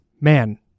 man